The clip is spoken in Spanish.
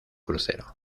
crucero